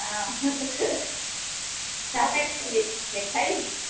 हा छा पैक कंदी मिठाई